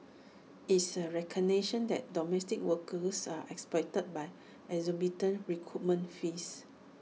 it's A recognition that domestic workers are exploited by exorbitant recruitment fees